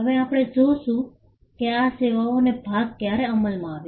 હવે આપણે જોશું કે આ સેવાઓનો ભાગ ક્યારે અમલમાં આવ્યો